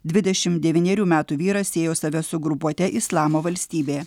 dvidešimt devynerių metų vyras siejo save su grupuote islamo valstybė